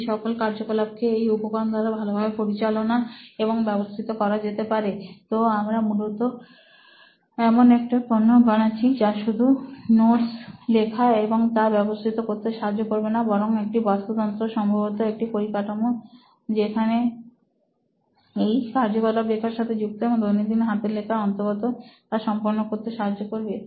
এই সকল কার্যকলাপকে এই উপকরণ দ্বারা ভালোভাবে পরিচালনা এবং ব্যবস্থিত করা যেতে পারে তো আমরা মূলত এমন একটা পণ্য বানাচ্ছি যা শুধু নোটস লেখা এবং তা ব্যবস্থিত করতে সাহায্য করবে না বরং একটা বাস্তু তন্ত্র সম্ভবত একটা পরিকাঠামো যেখানে এই সব কার্যকলাপ লেখার সাথে যুক্ত এবং দৈনন্দিন হাতের লেখা অন্তর্গত তা সম্পন্ন করতে সাহায্য করবে